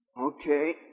Okay